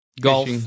golf